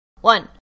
One